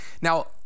Now